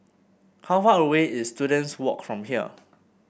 how far away is Students Walk from here